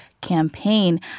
campaign